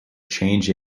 change